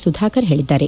ಸುಧಾಕರ್ ಹೇಳಿದ್ದಾರೆ